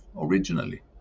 originally